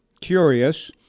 curious